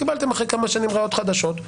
קיבלתם אחרי כמה שנים ראיות חדשות,